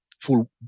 full